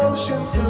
shoes